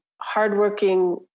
hardworking